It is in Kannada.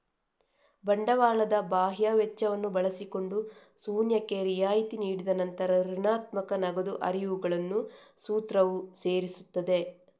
ಬಂಡವಾಳದ ಬಾಹ್ಯ ವೆಚ್ಚವನ್ನು ಬಳಸಿಕೊಂಡು ಶೂನ್ಯಕ್ಕೆ ರಿಯಾಯಿತಿ ನೀಡಿದ ನಂತರ ಋಣಾತ್ಮಕ ನಗದು ಹರಿವುಗಳನ್ನು ಸೂತ್ರವು ಸೇರಿಸುತ್ತದೆ